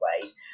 ways